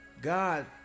God